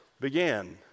began